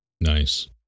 Nice